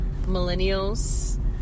millennials